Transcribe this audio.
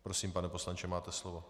Prosím, pane poslanče, máte slovo.